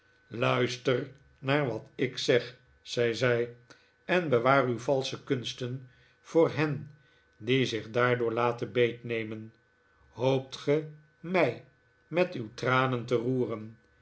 luister naar wat ik zeg zei zij en bewaar uw valsche kunsten voor hen die zich daardoor laten beetnemen hoopt ge m ij met uw tranen te roeren